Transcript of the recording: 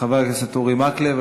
חבר הכנסת אורי מקלב,